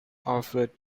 offered